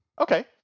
Okay